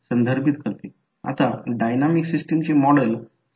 तर r j M r i 2 v1 येथे KVL लावून नंतर ते कसे सोडवायचे ते पाहू